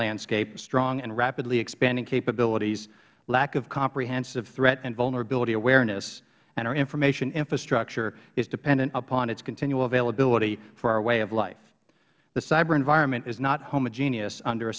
landscape strong and rapidly expanding capabilities lack of comprehensive threat and vulnerability awareness and our information infrastructure is dependent upon its continual availability for our way of life the cyber environment is not homogenous under a